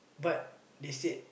but they said